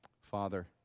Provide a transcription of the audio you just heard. Father